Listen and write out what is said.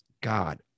God